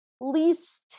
least